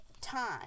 time